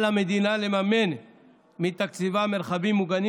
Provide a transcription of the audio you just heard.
על המדינה לממן מתקציבה מרחבים מוגנים